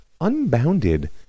unbounded